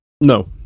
No